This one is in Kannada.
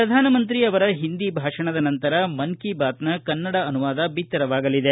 ಪ್ರಧಾನಮಂತ್ರಿ ಅವರ ಹಿಂದಿ ಭಾಷಣದ ನಂತರ ಮನ್ ಕಿ ಬಾತ್ನ ಕನ್ನಡ ಅನುವಾದ ಬಿತ್ತರವಾಗಲಿದೆ